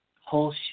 whole